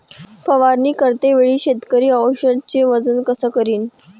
फवारणी करते वेळी शेतकरी औषधचे वजन कस करीन?